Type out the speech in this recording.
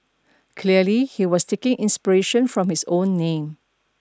clearly he was taking inspiration from his own name